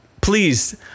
Please